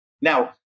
Now